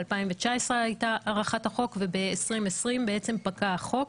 ב-2019 הייתה הארכת החוק וב-2020 פקע החוק.